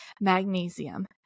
magnesium